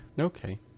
Okay